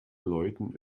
läuten